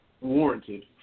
warranted